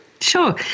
Sure